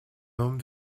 hommes